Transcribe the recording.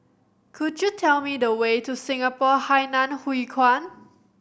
could you tell me the way to Singapore Hainan Hwee Kuan